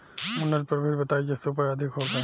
उन्नत प्रभेद बताई जेसे उपज अधिक होखे?